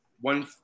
one